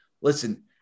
listen